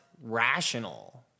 rational